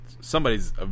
somebody's